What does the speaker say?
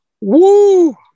woo